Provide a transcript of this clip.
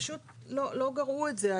פשוט לא גרעו את זה.